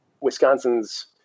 Wisconsin's